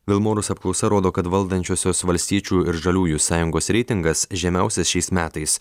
vilmorus apklausa rodo kad valdančiosios valstiečių ir žaliųjų sąjungos reitingas žemiausias šiais metais